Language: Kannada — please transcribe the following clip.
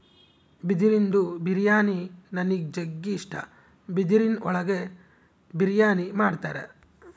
ಬಿದಿರಿಂದು ಬಿರಿಯಾನಿ ನನಿಗ್ ಜಗ್ಗಿ ಇಷ್ಟ, ಬಿದಿರಿನ್ ಒಳಗೆ ಬಿರಿಯಾನಿ ಮಾಡ್ತರ